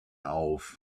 auf